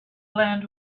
land